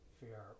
fear